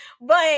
But-